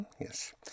yes